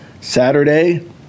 saturday